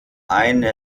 eine